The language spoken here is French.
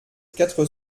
quatre